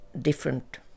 different